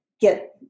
get